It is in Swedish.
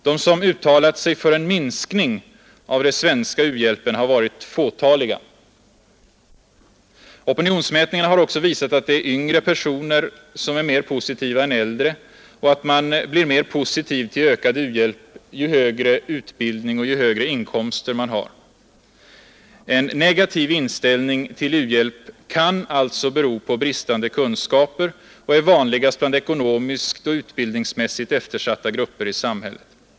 De som uttalat sig för en minskning av den svenska u-hjälpen har varit fåtaliga. Opinionsmätningarna har också visat att yngre personer är mer positiva än äldre och att man blir mer positiv till ökad u-hjälp ju högre utbildning och ju högre inkomster man har. En negativ inställning till u-hjälp kan alltså bero på bristande kunskaper och är vanligast bland ekonomiskt och utbildningsmässigt eftersatta grupper i samhället.